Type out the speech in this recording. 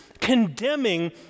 condemning